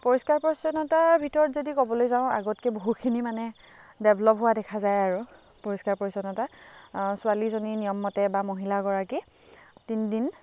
পৰিষ্কাৰ পৰিচ্ছন্নতাৰ ভিতৰত যদি ক'বলৈ যাওঁ আগতকৈ বহুতখিনি মানে ডেভলপ হোৱা দেখা যায় আৰু পৰিষ্কাৰ পৰিচ্ছন্নতা ছোৱালীজনী নিয়মমতে বা মহিলাগৰাকী তিনিদিন